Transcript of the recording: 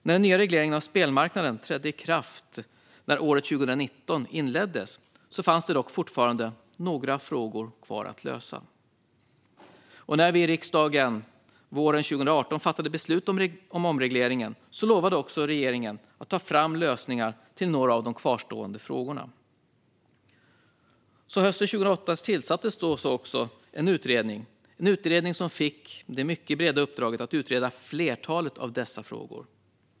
När den nya regleringen av spelmarknaden trädde i kraft när året 2019 inleddes fanns det dock fortfarande några frågor kvar att lösa. När vi i riksdagen våren 2018 fattade beslut om omregleringen lovade också regeringen att ta fram lösningar på några av de kvarstående frågorna. Hösten 2018 tillsattes så en utredning som fick det breda uppdraget att utreda flertalet av dessa frågor.